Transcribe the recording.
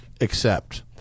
accept